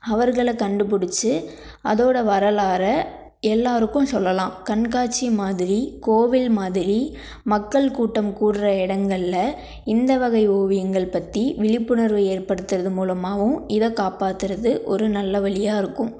அவர்கள கண்டுபிடிச்சு அதோடய வரலாறை எல்லோருக்கும் சொல்லலாம் கண்காட்சி மாதிரி கோவில் மாதிரி மக்கள் கூட்டம் கூடுகிற இடங்கள்ல இந்தவகை ஓவியங்கள் பற்றி விழிப்புணர்வு ஏற்படுத்துகிறது மூலமாகவும் இதை காப்பாற்றுறது ஒரு நல்ல வழியாக இருக்கும்